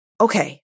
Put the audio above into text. okay